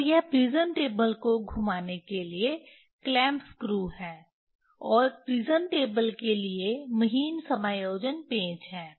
और यह prism table को घुमाने के लिए क्लैंप स्क्रू हैं और प्रिज्म टेबल के लिए महीन समायोजन पेंच हैं